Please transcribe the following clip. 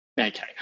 Okay